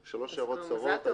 שלוש הערות קצרות.